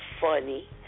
funny